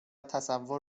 تصور